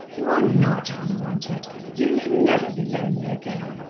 you are not unwanted you need never be lonely again.